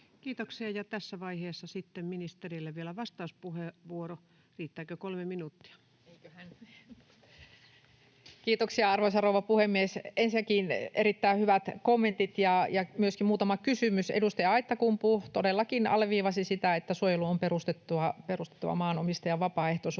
Kiitoksia. — Ja tässä vaiheessa sitten ministerille vielä vastauspuheenvuoro. — Riittääkö kolme minuuttia? [Sari Essayah: Eiköhän!] Kiitoksia, arvoisa rouva puhemies! Ensinnäkin erittäin hyvät kommentit ja myöskin muutama kysymys. Edustaja Aittakumpu todellakin alleviivasi sitä, että suojelun on perustuttava maanomistajan vapaaehtoisuuteen.